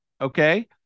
Okay